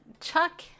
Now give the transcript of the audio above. Chuck